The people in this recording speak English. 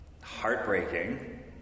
heartbreaking